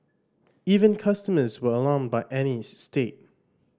even customers were alarmed by Annie's state